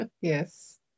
Yes